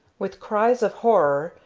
with cries of horror,